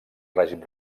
règim